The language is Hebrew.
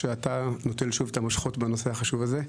שאתה נוטל שוב את המושכות בנושא החשוב הזה.